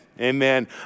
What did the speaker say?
Amen